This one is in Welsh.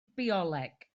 bioleg